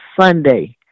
Sunday